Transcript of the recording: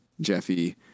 Jeffy